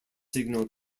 signal